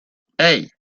hey